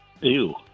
Ew